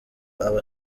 aba